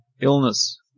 illness